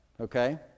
okay